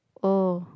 oh